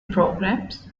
programs